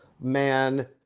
man